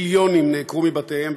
מיליונים נעקרו מבתיהם,